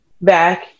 back